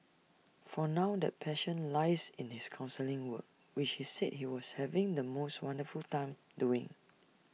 for now that passion lies in his counselling work which he said he was having the most wonderful time doing